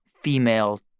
female